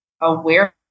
awareness